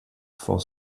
for